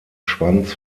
schwanz